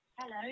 Hello